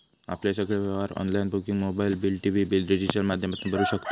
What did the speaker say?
आपले सगळे व्यवहार online booking mobile bill, TV bill digital माध्यमातना भरू शकताव